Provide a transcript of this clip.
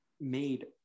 made